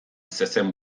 zezen